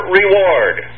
reward